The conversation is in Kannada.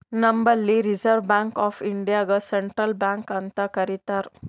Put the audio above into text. ನಂಬಲ್ಲಿ ರಿಸರ್ವ್ ಬ್ಯಾಂಕ್ ಆಫ್ ಇಂಡಿಯಾಗೆ ಸೆಂಟ್ರಲ್ ಬ್ಯಾಂಕ್ ಅಂತ್ ಕರಿತಾರ್